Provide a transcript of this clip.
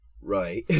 right